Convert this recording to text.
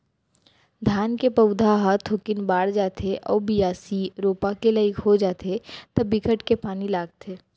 धान के पउधा ह थोकिन बाड़ जाथे अउ बियासी, रोपा के लाइक हो जाथे त बिकट के पानी लगथे